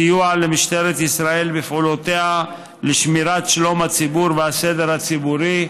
סיוע למשטרת ישראל בפעולותיה לשמירת שלום הציבור והסדר הציבורי,